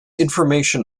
information